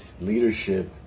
leadership